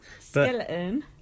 Skeleton